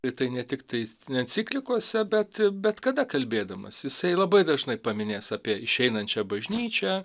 tai ne tiktai enciklikose bet bet kada kalbėdamas jisai labai dažnai paminės apie išeinančią bažnyčią